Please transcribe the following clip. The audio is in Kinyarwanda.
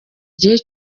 gihe